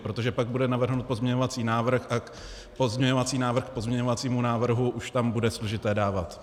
Protože pak bude navržen pozměňovací návrh a pozměňovací návrh k pozměňovacímu návrhu už tam bude složité dávat.